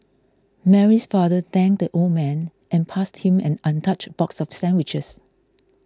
Mary's father thanked the old man and passed him an untouched box of sandwiches